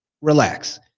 relax